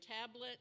tablet